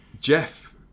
Jeff